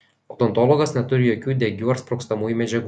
odontologas neturi jokių degių ar sprogstamųjų medžiagų